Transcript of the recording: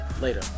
later